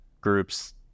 groups